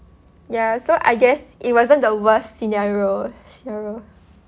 ya so I guess it wasn't the worst scenario scenario